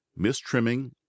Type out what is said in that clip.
mistrimming